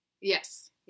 Yes